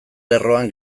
lerroan